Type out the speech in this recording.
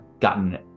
gotten